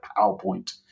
PowerPoint